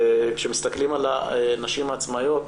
כשמסתכלים על הנשים העצמאיות,